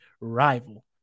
Rival